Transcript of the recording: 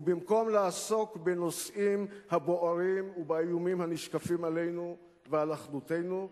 ובמקום לעסוק בנושאים הבוערים ובאיומים הנשקפים לנו ולאחדותנו,